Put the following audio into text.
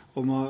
hva